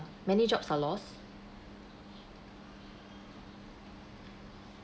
many jobs are lost